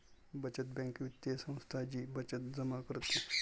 बचत बँक वित्तीय संस्था जी बचत जमा करते